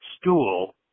stool